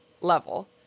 level